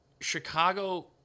Chicago